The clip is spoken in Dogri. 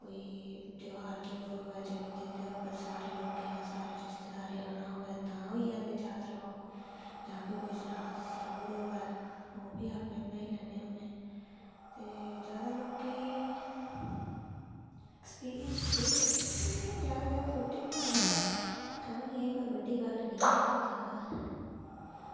कोई ध्योहार ध्योहार होऐ जेह्दे उप्पर सारें लोकें जां सारें रिश्तेदारें औना होऐ तां होई जंदे जादा लोग जां फ्ही कोई सराद सरुद होऐ ओह् बी आपें बनाई लैन्ने होन्ने ते जादा लोकें गी ऐक्सपिरियंस केह् ऐ किश नेईं जादा जादा रुट्टी बनानी ते कोई बड्डी गल्ल निं ऐ कि जादा